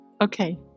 Okay